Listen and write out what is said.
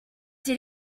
did